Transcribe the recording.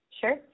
Sure